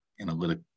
analytic